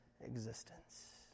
existence